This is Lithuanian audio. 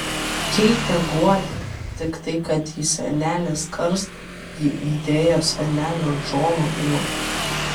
keitę guodė tik tai kad į senelės karstą ji įdėjo senelio džono nuotrauką